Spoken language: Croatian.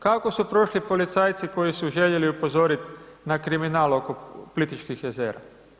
Kako su prošli policajci koji su željeli upozoriti na kriminal oko Plitvičkih jezera?